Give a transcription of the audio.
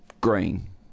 green